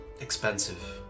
expensive